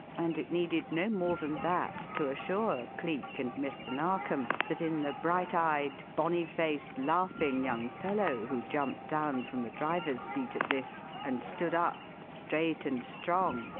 and it needed no more than that to assure cleek and mr. narkom that in the bright-eyed, bonny-faced, laughing young fellow who jumped down from the driver's seat at this, and stood up straight and strong,